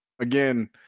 Again